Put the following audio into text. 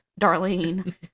Darlene